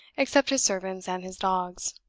except his servants and his dogs.